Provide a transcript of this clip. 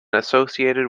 associated